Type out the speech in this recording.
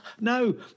No